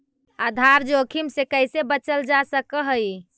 आधार जोखिम से कइसे बचल जा सकऽ हइ?